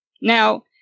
Now